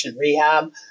rehab